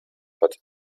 hat